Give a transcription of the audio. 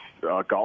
golf